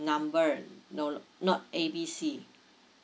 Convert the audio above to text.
number no lo~ not a b c